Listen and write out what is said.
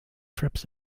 trips